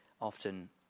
often